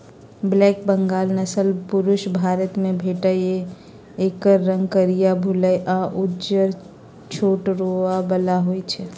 black Bengal नसल पुरुब भारतमे भेटत एकर रंग करीया, भुल्ली आ उज्जर छोट रोआ बला होइ छइ